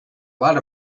lot